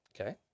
okay